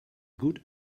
good